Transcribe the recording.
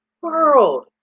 world